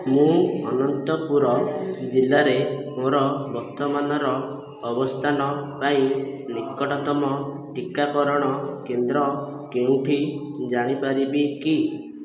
ମୁଁ ଅନନ୍ତପୁର ଜିଲ୍ଲାରେ ମୋ'ର ବର୍ତ୍ତମାନର ଅବସ୍ଥାନ ପାଇଁ ନିକଟତମ ଟିକାକରଣ କେନ୍ଦ୍ର କେଉଁଠି ଜାଣିପାରିବି କି